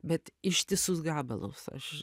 bet ištisus gabalus aš